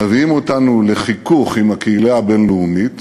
המביאים אותנו לחיכוך עם הקהילה הבין-לאומית